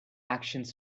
actions